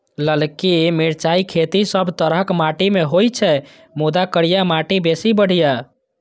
ललकी मिरचाइक खेती सब तरहक माटि मे होइ छै, मुदा करिया माटि बेसी बढ़िया